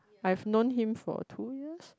I have known him for two years